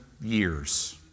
years